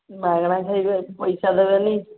ମାଗଣା ଖାଇବେ ପଇସା ଦେବେନି